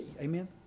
Amen